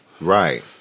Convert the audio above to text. Right